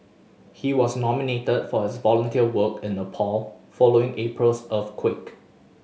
he was nominated for his volunteer work in Nepal following April's earthquake